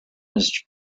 his